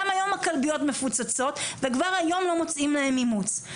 גם היום הכלביות מפוצצות וכבר היום לא מוצאים להם אימוץ.